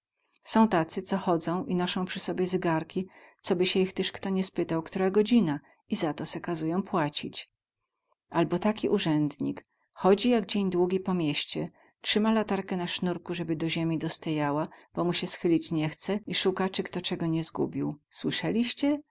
są tacy co chodzą i nosą przy sobie zygarki coby sie ich tyz kto nie spytał ktora godzina i za to se kazują płacić abo taki urzędnik chodzi jak dzień długi po mieście trzyma latarkę na snurku zeby do ziemi dostajała bo mu sie schylić nie chce i suka cy kto cego nie zgubił słyseliście